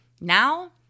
Now